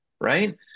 right